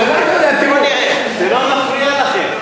שלא נפריע לכם.